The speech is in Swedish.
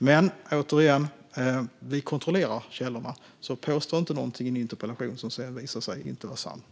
Återigen: Vi kontrollerar källorna. Påstå inte någonting i en interpellation som sedan visar sig inte vara sant.